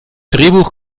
drehbuch